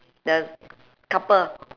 the couple